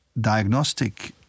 diagnostic